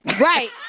Right